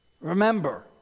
Remember